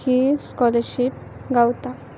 ही scholarship गावता